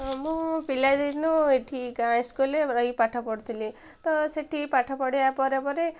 ମୁଁ ପିଲାଦିନୁ ଏଠିକା ସ୍କୁଲରେ ରହି ଏ ପାଠ ପଢ଼ୁଥିଲି ତ ସେଠି ପାଠ ପଢ଼ିବା ପରେ ପରେ